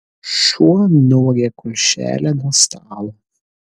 šuo nuvogė kulšelę nuo stalo